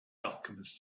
alchemist